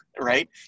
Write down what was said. right